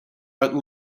but